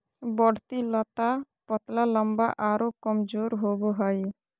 बढ़ती लता पतला लम्बा आरो कमजोर होबो हइ